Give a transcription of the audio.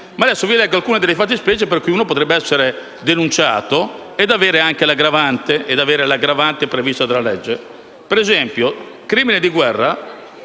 Adesso vi leggo alcune delle fattispecie per cui uno potrebbe essere denunciato e avere anche l'aggravante prevista dalla legge. Per esempio, crimine di guerra